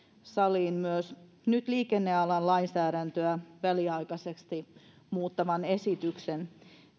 saliin nyt myös liikennealan lainsäädäntöä väliaikaisesti muuttavan esityksen